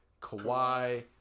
Kawhi